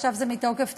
עכשיו זה מתוקף תפקידו,